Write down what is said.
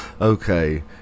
Okay